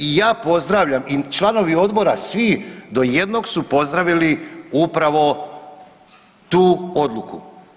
I ja pozdravljam i članovi odbora svi do jednog su pozdravili upravo tu odluku.